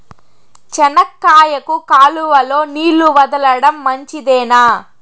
చెనక్కాయకు కాలువలో నీళ్లు వదలడం మంచిదేనా?